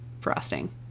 frosting